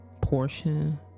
portion